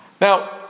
Now